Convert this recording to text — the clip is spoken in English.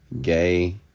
Gay